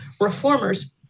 reformers